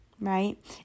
Right